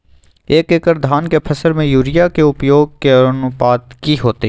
एक एकड़ धान के फसल में यूरिया के उपयोग के अनुपात की होतय?